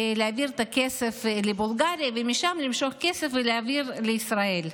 להעביר את הכסף לבולגריה ומשם למשוך כסף ולהעביר לישראל.